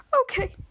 Okay